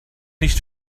nicht